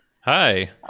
Hi